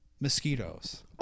Mosquitoes